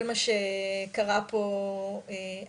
כל מה שקרה פה אחרי,